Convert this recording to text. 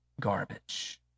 garbage